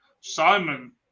Simon